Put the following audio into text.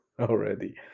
already